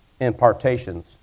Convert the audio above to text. impartations